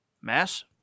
Mass